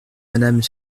madame